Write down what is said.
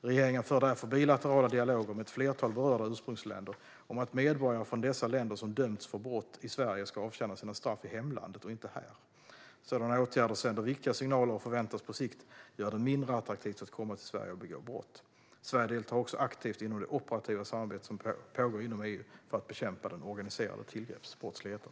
Regeringen för därför bilaterala dialoger med ett flertal berörda ursprungsländer om att medborgare från dessa länder som dömts för brott i Sverige ska avtjäna sina straff i hemlandet och inte här. Sådana åtgärder sänder viktiga signaler och förväntas på sikt göra det mindre attraktivt att komma till Sverige och begå brott. Sverige deltar också aktivt inom det operativa samarbete som pågår inom EU för att bekämpa den organiserade tillgreppsbrottsligheten.